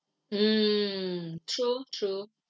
mm true true